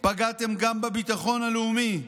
פגעתם גם בביטחון הלאומי,